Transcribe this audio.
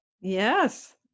yes